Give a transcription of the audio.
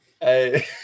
Hey